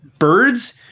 Birds